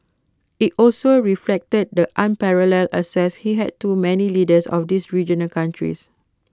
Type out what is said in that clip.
IT also reflected the unparalleled access he had to many leaders of these regional countries